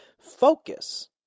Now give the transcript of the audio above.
focus